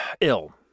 ill